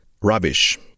rubbish